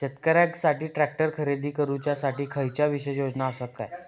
शेतकऱ्यांकसाठी ट्रॅक्टर खरेदी करुच्या साठी खयच्या विशेष योजना असात काय?